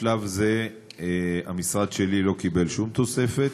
בשלב זה המשרד שלי לא קיבל שום תוספת.